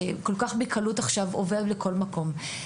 שעובר עכשיו כל כך בקלות לכל מקום.